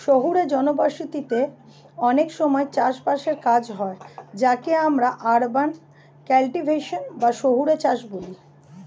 শহুরে জনবসতিতে অনেক সময় চাষ বাসের কাজ হয় যাকে আমরা আরবান কাল্টিভেশন বা শহুরে চাষ বলি